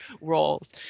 roles